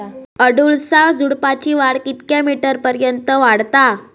अडुळसा झुडूपाची वाढ कितक्या मीटर पर्यंत वाढता?